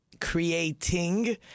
creating